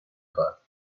خواهد